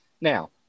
Now